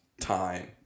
time